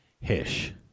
Hish